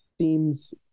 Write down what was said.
seems